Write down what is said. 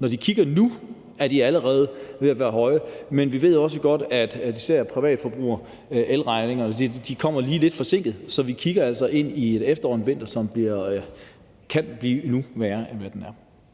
Når vi kigger nu, er de allerede ved at være høje, men vi ved også godt, at især for privatforbrugere kommer elregningerne lige lidt forsinket, så vi kigger altså ind i et efterår og en vinter, hvor det kan blive endnu værre, end det er